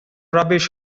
rubbish